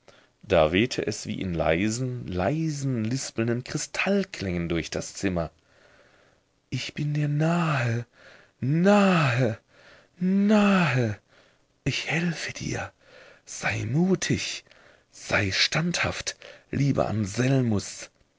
da wehte es wie in leisen leisen lispelnden kristallklängen durch das zimmer ich bin dir nahe nahe nahe ich helfe dir sei mutig sei standhaft lieber